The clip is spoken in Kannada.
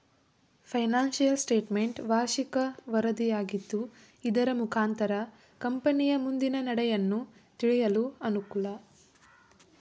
ಫೈನಾನ್ಸಿಯಲ್ ಸ್ಟೇಟ್ಮೆಂಟ್ ವಾರ್ಷಿಕ ವರದಿಯಾಗಿದ್ದು ಇದರ ಮುಖಾಂತರ ಕಂಪನಿಯ ಮುಂದಿನ ನಡೆಯನ್ನು ತಿಳಿಯಲು ಅನುಕೂಲ